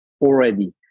already